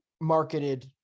marketed